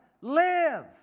live